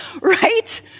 Right